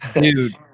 dude